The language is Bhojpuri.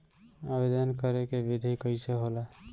आवेदन करे के विधि कइसे होला?